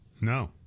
No